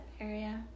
area